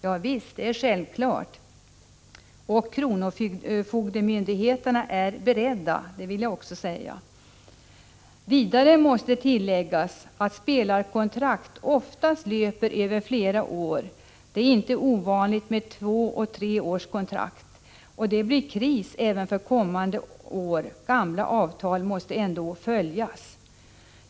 Ja visst, det är självklart — och kronofogdemyndigheterna är beredda, vill jag framhålla. Vidare måste det tilläggas att spelarkontrakt oftast löper över flera år. Det är inte ovanligt med två till tre års kontrakt, och det blir kris även för kommande år: gamla avtal måste ändå följas.